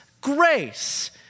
Grace